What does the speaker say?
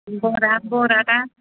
ବରା ବରାଟା